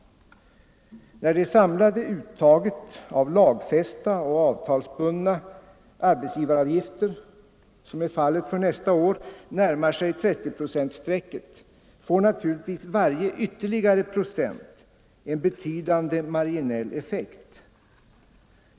När det samlade uttaget av lagfästa och avtalsbundna arbetsgivaravgifter närmar sig 30-procentstrecket, som fallet är för nästa år, får naturligtvis varje ytterligare procent en betydande marginell effekt.